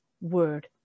word